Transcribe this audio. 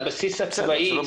לבסיס הצבאי,